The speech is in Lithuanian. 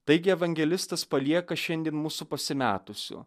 taigi evangelistas palieka šiandien mūsų pasimetusių